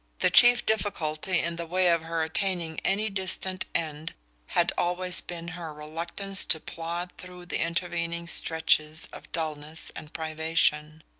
the chief difficulty in the way of her attaining any distant end had always been her reluctance to plod through the intervening stretches of dulness and privation.